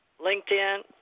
LinkedIn